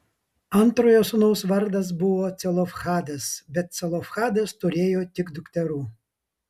antrojo sūnaus vardas buvo celofhadas bet celofhadas turėjo tik dukterų